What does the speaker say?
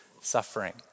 suffering